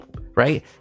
right